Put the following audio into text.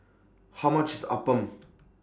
How much IS Appam